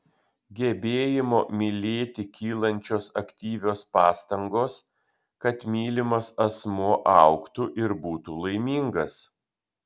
gebėjimo mylėti kylančios aktyvios pastangos kad mylimas asmuo augtų ir būtų laimingas